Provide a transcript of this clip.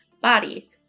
body